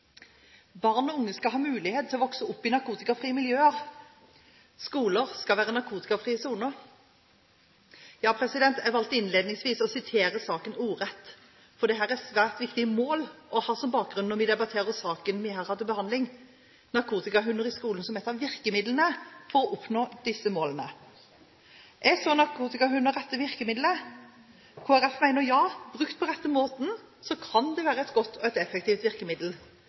og unge skal ha mulighet til å vokse opp i narkotikafrie miljøer. Skoler skal være narkotikafrie soner.» Jeg har innledningsvis valgt å sitere ordrett fra representantforslaget, for dette er svært viktige mål å ha som bakgrunn når vi debatterer saken vi her har til behandling – narkotikahunder i skolen som ett av virkemidlene for å oppnå disse målene. Er så narkotikahunder det rette virkemidlet? Kristelig Folkeparti mener ja – brukt på rett måte kan det være et godt og effektivt virkemiddel,